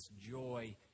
joy